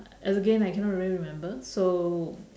as again I cannot really remember so